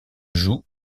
joug